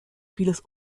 vieles